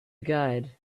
guide